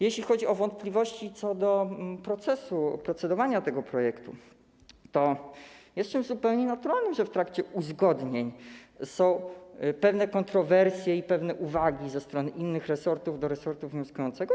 Jeśli chodzi o wątpliwości co do procesu procedowania tego projektu, jest czymś zupełnie naturalnym, że w trakcie uzgodnień są pewne kontrowersje i pewne uwagi ze strony innych resortów odnośnie do resortu wnioskującego.